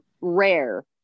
rare